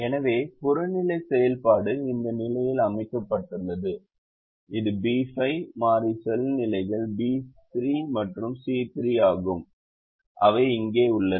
எனவே புறநிலை செயல்பாடு இந்த நிலையில் அமைக்கப்பட்டுள்ளது இது பி 5 மாறி செல் நிலைகள் பி 3 மற்றும் சி 3 ஆகும் அவை இங்கே உள்ளன